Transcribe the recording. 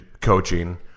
coaching